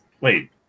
Wait